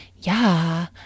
Yeah